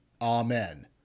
Amen